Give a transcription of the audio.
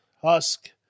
husk